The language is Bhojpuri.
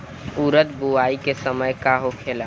उरद बुआई के समय का होखेला?